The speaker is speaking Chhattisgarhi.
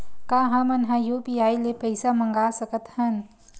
का हमन ह यू.पी.आई ले पईसा मंगा सकत हन?